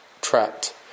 trapped